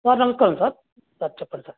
sir నమస్కారం sir sir చెప్పండ్ sir